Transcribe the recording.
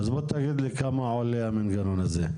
אז תגיד לי כמה עולה המנגנון הזה.